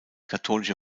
katholische